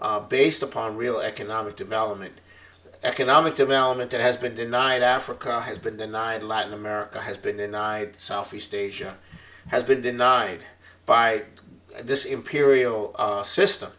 based upon real economic development economic development that has been denied africa has been denied latin america has been denied southeast asia has been denied by this imperial system